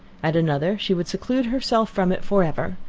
at another she would seclude herself from it for ever,